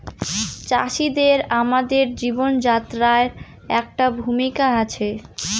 চাষিদের আমাদের জীবনযাত্রায় একটা ভূমিকা আছে